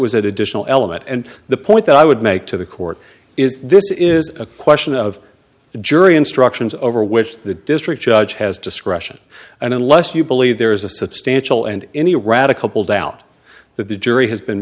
was an additional element and the point that i would make to the court is this is a question of jury instructions over which the district judge has discretion and unless you believe there is a substantial and any radical doubt that the jury has been